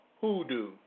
hoodoo